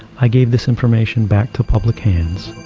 i gave this information back to public hands.